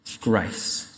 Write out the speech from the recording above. grace